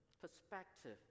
perspective